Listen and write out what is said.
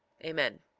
amen.